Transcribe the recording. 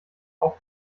auch